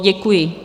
Děkuji.